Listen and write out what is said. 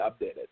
updated